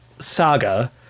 saga